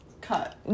cut